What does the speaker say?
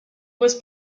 was